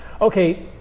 okay